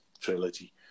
trilogy